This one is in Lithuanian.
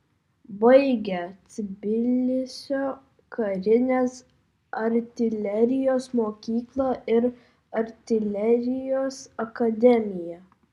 baigė tbilisio karinės artilerijos mokyklą ir artilerijos akademiją